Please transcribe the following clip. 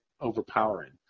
overpowering